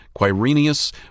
Quirinius